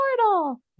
portal